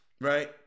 Right